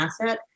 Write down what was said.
asset